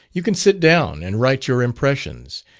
you can sit down and write your impressions,